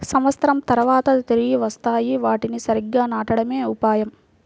సంవత్సరం తర్వాత తిరిగి వస్తాయి, వాటిని సరిగ్గా నాటడమే ఉపాయం